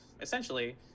Essentially